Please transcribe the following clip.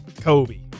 Kobe